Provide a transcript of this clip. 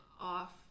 off